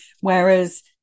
whereas